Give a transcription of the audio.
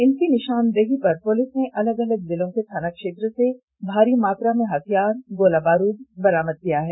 इनकी निशानदेही में पुलिस ने अलग अलग जिलों के थाना क्षेत्रों से भारी मात्रा में हथियार गोला बारूद भी बरामद किया है